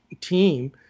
team